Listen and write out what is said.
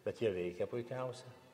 bet jie veikia puikiausia